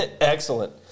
Excellent